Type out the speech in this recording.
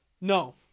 No